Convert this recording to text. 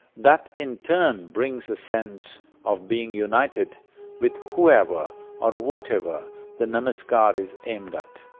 that, in turn, brings a sense of being united with whoever or whatever the namaskar is aimed at.